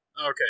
Okay